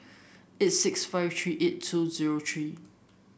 eight six five three eight two zero three